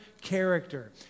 character